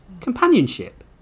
Companionship